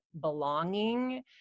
belonging